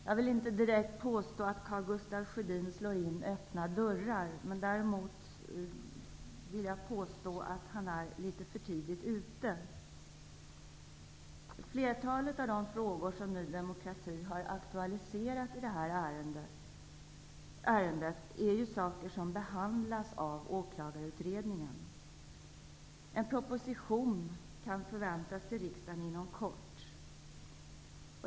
Jag vill inte direkt påstå att Karl Gustaf Sjödin slår in öppna dörrar. Däremot vill jag påstå att han är litet för tidigt ute. Flertalet av de frågor som Ny demokrati har aktualiserat i samband med detta ärende är sådana som behandlas av Åklagarutredningen. En proposition till riksdagen kan förväntas inom kort.